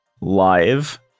live